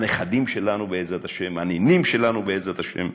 הנכדים שלנו, בעזרת השם, הנינים שלנו, בעזרת השם.